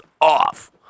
off